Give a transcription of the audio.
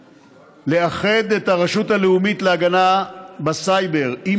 לאחד את הרשות הלאומית להגנת הסייבר עם